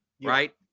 Right